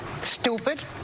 stupid